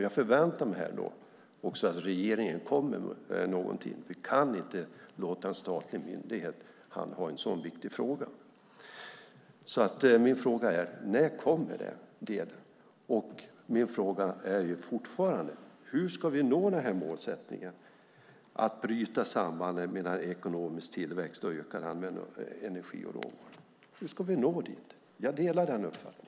Jag förväntar mig att regeringen kommer med någonting. Vi kan inte låta en statlig myndighet handha en sådan viktig fråga. Min fråga är: När kommer det? Hur ska vi nå målsättningen att bryta sambandet mellan ekonomisk tillväxt och ökad användning av energi och råvaror? Jag delar uppfattningen att vi ska nå dit.